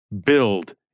build